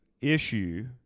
issue